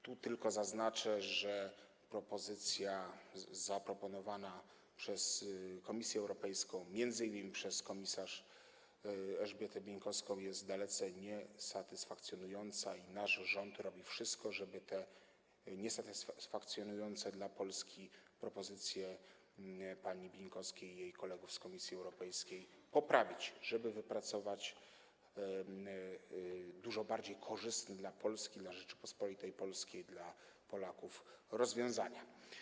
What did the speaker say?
Tu tylko zaznaczę, że propozycja przedstawiona przez Komisję Europejską, m.in. przez komisarz Elżbietę Bieńkowską, jest dalece niesatysfakcjonująca i nasz rząd robi wszystko, żeby te niesatysfakcjonujące dla Polski propozycje pani Bieńkowskiej i jej kolegów z Komisji Europejskiej poprawić, żeby wypracować dużo bardziej korzystne dla Polski, dla Rzeczypospolitej Polskiej, dla Polaków rozwiązania.